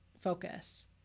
focus